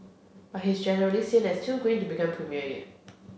but he's generally seen as too green to become premier yet